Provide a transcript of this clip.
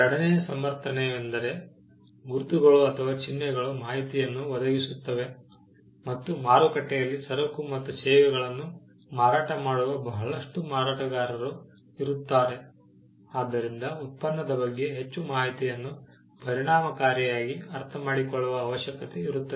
ಎರಡನೆಯ ಸಮರ್ಥನೆಯೆಂದರೆ ಗುರುತುಗಳು ಅಥವಾ ಚಿಹ್ನೆಗಳು ಮಾಹಿತಿಯನ್ನು ಒದಗಿಸುತ್ತವೆ ಮತ್ತು ಮಾರುಕಟ್ಟೆಯಲ್ಲಿ ಸರಕು ಮತ್ತು ಸೇವೆಗಳನ್ನು ಮಾರಾಟ ಮಾಡುವ ಬಹಳಷ್ಟು ಮಾರಾಟಗಾರರು ಇರುತ್ತಾರೆ ಆದ್ದರಿಂದ ಉತ್ಪನ್ನದ ಬಗ್ಗೆ ಹೆಚ್ಚು ಮಾಹಿತಿಯನ್ನು ಪರಿಣಾಮಕಾರಿಯಾಗಿ ಅರ್ಥಮಾಡಿಕೊಳ್ಳುವ ಅವಶ್ಯಕತೆ ಇರುತ್ತದೆ